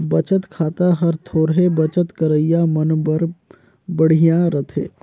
बचत खाता हर थोरहें बचत करइया मन बर बड़िहा रथे